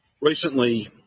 Recently